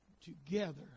together